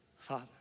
Father